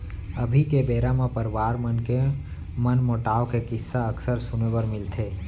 अभी के बेरा म परवार मन के मनमोटाव के किस्सा अक्सर सुने बर मिलथे